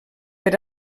per